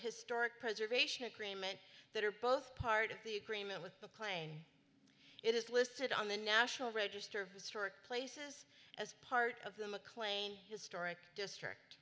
historic preservation agreement that are both part of the agreement with the plain it is listed on the national register of historic places as part of the mclean historic district